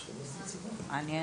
מעניין.